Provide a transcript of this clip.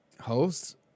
host